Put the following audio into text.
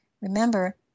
remember